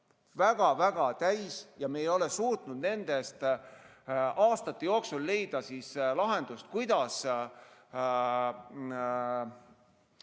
on väga täis ja me ei ole suutnud nende aastate jooksul leida lahendust, kuidas